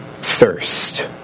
thirst